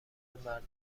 مردم